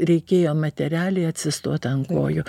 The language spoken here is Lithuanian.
reikėjo materialiai atsistot ant kojų